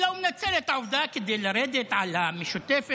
אלא הוא מנצל את העובדה כדי לרדת על המשותפת,